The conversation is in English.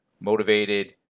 motivated